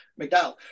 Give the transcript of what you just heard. McDowell